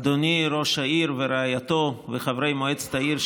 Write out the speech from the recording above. אדוני ראש העירייה ורעייתו וחברי מועצת העיר,